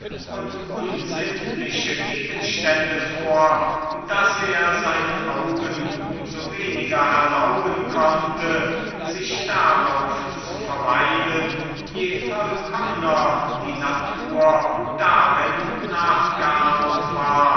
und unsittliche gegenstände vor daß er seinen augen um so weniger erlauben konnte sich darauf zu verweilen je vollkommner die natur darin nachgeahmt war